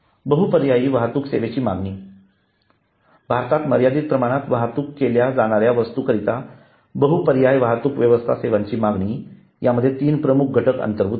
बहुपर्यायी वाहतूक सेवेची मागणी भारतात मर्यादित प्रमाणात वाहतूक केल्या जाणाऱ्या वस्तू करता बहुपर्यायी वाहतूक सेवांची मागणी मध्ये तीन प्रमुख घटक अंतर्भूत आहेत